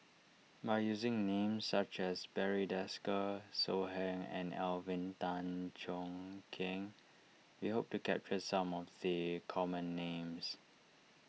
by using names such as Barry Desker So Heng and Alvin Tan Cheong Kheng we hope to capture some of the common names